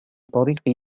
طريقي